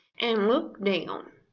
and look down,